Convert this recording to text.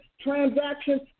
transactions